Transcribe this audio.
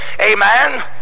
Amen